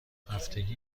هفتگی